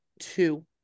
two